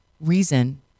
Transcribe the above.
reason